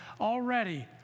already